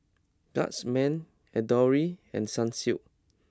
Guardsman Adore and Sunsilk